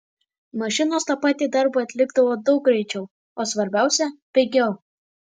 mašinos tą patį darbą atlikdavo daug greičiau o svarbiausia pigiau